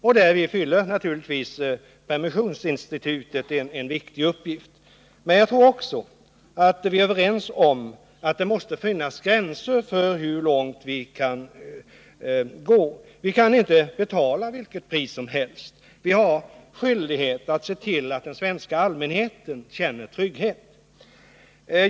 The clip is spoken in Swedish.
Och därvid fyller naturligtvis permissionsinstitutet en viktig uppgift. Men jag tror också att vi är överens om att det måste finnas gränser för hur långt vi kan gå. Vi kan inte betala vilket pris som helst. Vi har skyldighet att se till att den svenska allmänheten känner trygghet.